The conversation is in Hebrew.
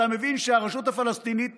אתה מבין שהרשות הפלסטינית